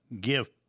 give